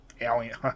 Alien